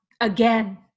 again